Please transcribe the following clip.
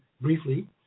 briefly